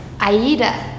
Aida